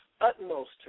utmost